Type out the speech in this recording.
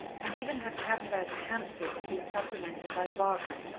and even her cab fare to hampstead had been supplemented by barbara.